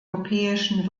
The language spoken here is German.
europäischen